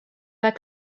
pas